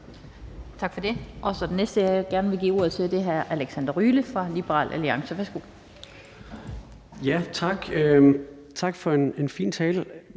Tak for det. Så er den næste, jeg gerne vil give ordet til, hr. Alexander Ryle fra Liberal Alliance. Værsgo. Kl. 16:37 Alexander Ryle